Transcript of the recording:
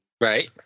Right